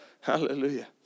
Hallelujah